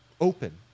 Open